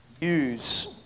use